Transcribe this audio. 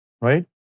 right